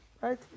right